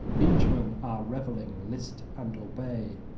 liegemen are revelling list and obey!